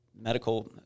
medical